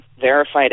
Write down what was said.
verified